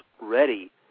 ready